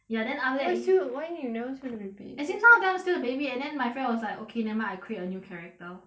ya then after that why still why need you never ask him repeat as in now don't want steal the baby and then my friend was like okay never mind I create a new character